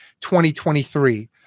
2023